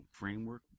framework